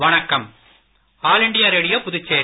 வணக்கம் ஆல்இண்டியாரேடியோ புதுச்சேரி